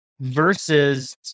versus